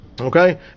Okay